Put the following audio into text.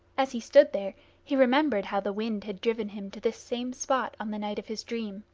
as he stood there he remembered how the wind had driven him to this same spot on the night of his dream.